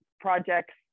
projects